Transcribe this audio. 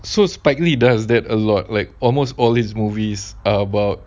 so spike lee does that a lot like almost all his movies are about